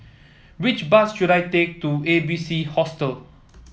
which bus should I take to A B C Hostel